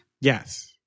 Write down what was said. Yes